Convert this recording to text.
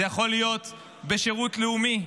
זה יכול להיות בשירות לאומי,